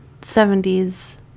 70s